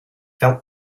felt